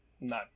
No